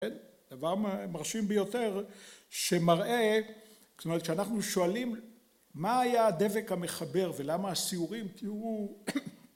דבר מרשים ביותר שמראה, זאת אומרת שאנחנו שואלים, מה היה הדבק המחבר ולמה הסיורים תראו